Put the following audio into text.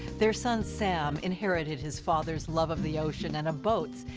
their son sam inherited his father's love of the ocean and of boats,